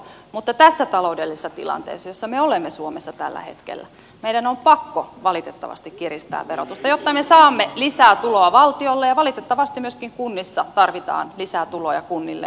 mutta tässä taloudellisessa tilanteessa jossa me olemme suomessa tällä hetkellä meidän on pakko valitettavasti kiristää verotusta jotta me saamme lisää tuloa valtiolle ja valitettavasti myöskin kunnissa tarvitaan lisää tuloja kunnille